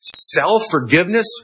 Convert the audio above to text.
Self-forgiveness